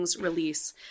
release